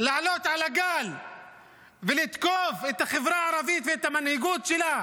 לעלות על הגל ולתקוף את החברה הערבית ואת המנהיגות שלה